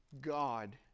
God